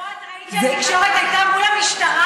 ופה את ראית שהתקשורת הייתה מול המשטרה.